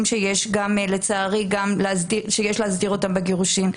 שיש לצערי להסדיר אותם בגירושים?